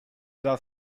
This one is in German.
darf